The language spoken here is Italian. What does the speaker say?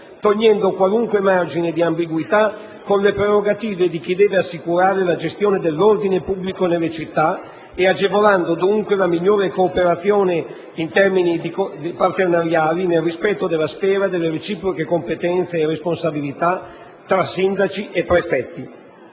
togliendo qualunque margine di ambiguità con le prerogative di chi deve assicurare la gestione dell'ordine pubblico nelle città e agevolando dovunque la minore cooperazione in termini partenariali nel rispetto della sfera delle reciproche competenze e responsabilità tra sindaci e prefetti.